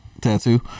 tattoo